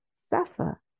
suffer